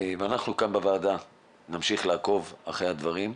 אנחנו בוועדה נמשיך לעקוב אחרי הדברים.